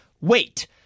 Wait